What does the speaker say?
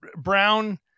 Brown